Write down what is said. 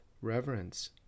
reverence